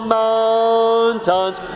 mountains